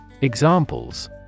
Examples